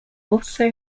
also